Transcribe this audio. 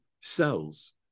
cells